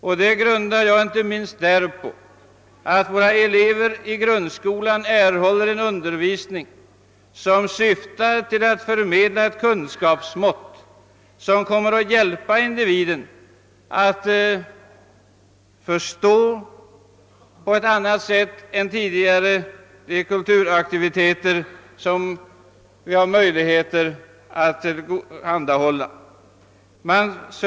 Jag grundar den uppfattningen inte minst därpå att våra elever i grundskolan nu meddelas en undervisning som syftar till att ge dem ett gott kunskapsmått, som hjälper individen att på ett annat sätt än tidigare förstå de kulturaktiviteter vi har möjligheter att tillhandahålla, att orientera sig i verkligheten och ge den ett rikare innehåll än tidigare.